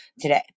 today